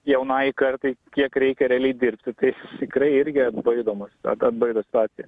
jaunai kartai kiek reikia realiai dirbti tai tikrai irgi atbaido mus at atbaido situacija